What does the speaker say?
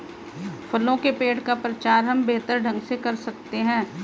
फलों के पेड़ का प्रचार हम बेहतर ढंग से कर सकते हैं